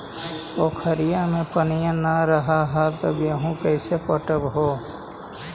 पोखरिया मे पनिया न रह है तो गेहुमा कैसे पटअब हो?